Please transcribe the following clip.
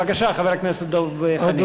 בבקשה, חבר הכנסת דב חנין.